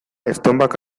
estonbak